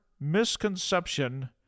misconception